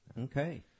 Okay